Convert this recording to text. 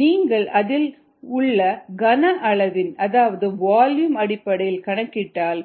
நீங்கள் அதில் உள்ள கன அளவின் அதாவது வால்யூம் அடிப்படையில் கணக்கிட்டால்